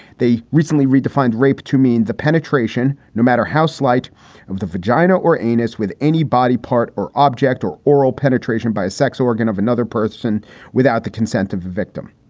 they recently redefined rape to mean the penetration, no matter how slight of the vagina or anus with any body part or object or oral penetration by a sex organ of another person without the consent of the victim.